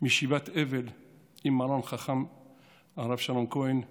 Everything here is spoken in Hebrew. מישיבת אבל עם מרן חכם הרב שלום כהן שליט"א,